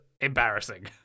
embarrassing